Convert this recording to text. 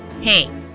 hey